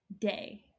Day